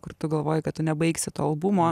kur tu galvoji kad tu nebaigsi to albumo